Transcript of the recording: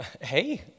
Hey